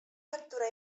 factura